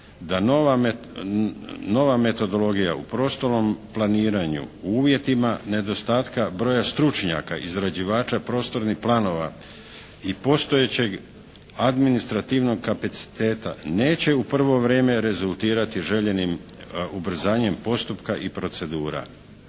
da nova metodologija u prostornom planiranju, u uvjetima nedostatka broja stručnjaka, izrađivača prostornih planova i postojećeg administrativnog kapaciteta neće u prvo vrijeme rezultirati željenim ubrzanjem postupka i procedura.